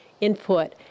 Input